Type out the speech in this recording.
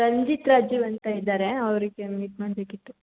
ರಂಜಿತ್ ರಜು ಅಂತ ಇದ್ದಾರೆ ಅವರಿಗೆ ಮೀಟ್ ಮಾಡಬೇಕಿತ್ತು